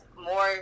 more